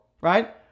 right